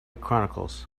chronicles